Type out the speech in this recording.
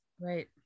Right